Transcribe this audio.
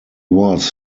was